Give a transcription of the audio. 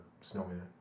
snowman